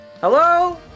Hello